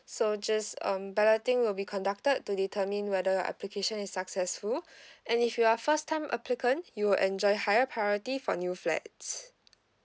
so just um balloting will be conducted to determine whether your application is successful and if you are first time applicant you will enjoy higher priority for new flats